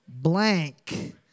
Blank